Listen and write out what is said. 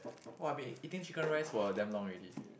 !wah! been eating chicken rice for damn long already